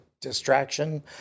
distraction